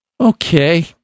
Okay